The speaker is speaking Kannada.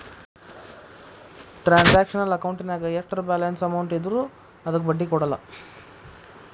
ಟ್ರಾನ್ಸಾಕ್ಷನಲ್ ಅಕೌಂಟಿನ್ಯಾಗ ಎಷ್ಟರ ಬ್ಯಾಲೆನ್ಸ್ ಅಮೌಂಟ್ ಇದ್ರೂ ಅದಕ್ಕ ಬಡ್ಡಿ ಕೊಡಲ್ಲ